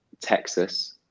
Texas